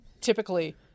typically